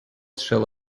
shall